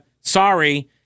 sorry